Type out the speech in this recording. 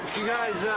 guys?